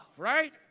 Right